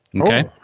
Okay